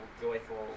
joyful